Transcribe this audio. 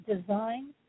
design